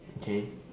okay